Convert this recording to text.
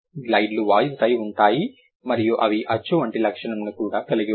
గ్లైడ్లు voiced అయి ఉంటాయి మరియు అవి అచ్చు వంటి లక్షణం ను కూడా కలిగి ఉంటాయి